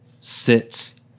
sits